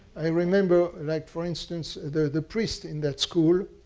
i remember, like for instance, the priest in that school.